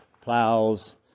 plows